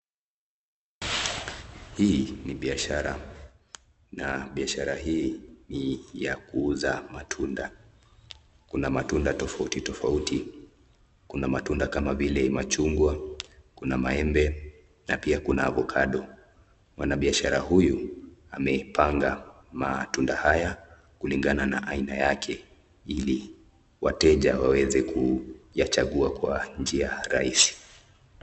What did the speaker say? Hii ni biashara na biashara hii ni ya kuuza matunda. Kuna matunda tofauti tofauti. Kuna matunda kama vile machungwa, kuna maembe na pia kuna avokado. Mwanabiashara huyu amepanga matunda haya kulingana na aina yake ili wateja waweze kuyachagua kwa njia rahisi.